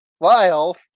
Lyle